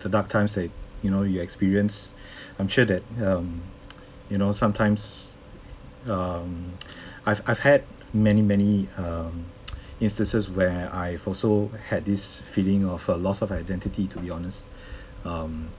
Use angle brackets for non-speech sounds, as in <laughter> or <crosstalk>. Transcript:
the dark times that you know you experienced I'm sure that um <noise> you know sometimes um <noise> I've I've had many many um <noise> instances where I also had this feeling of a loss of identity to be honest um